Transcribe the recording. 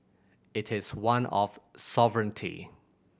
it is one of sovereignty